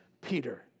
Peter